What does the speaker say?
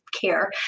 care